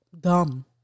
dumb